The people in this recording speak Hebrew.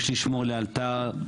יש לשמור לאלתר,